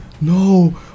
no